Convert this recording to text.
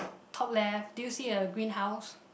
top left do you see a green house